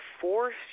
force